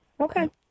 Okay